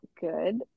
good